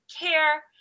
care